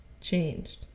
changed